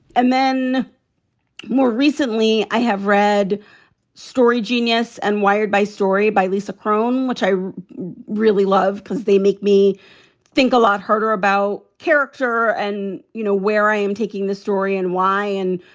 and then more recently, i have read story genius and wired by story by lisa crohn, which i really love because they make me think a lot harder about character. and you know where i am taking the story and why. and